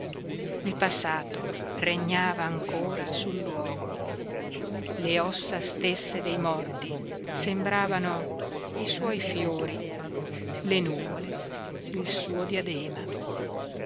il passato regnava ancora sul luogo le ossa stesse dei morti sembravano i suoi fiori le nuvole il suo diadema